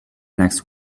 next